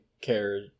care